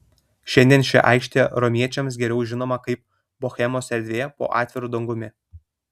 šiandien ši aikštė romiečiams geriau žinoma kaip bohemos erdvė po atviru dangumi